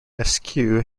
askew